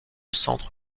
centres